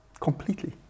completely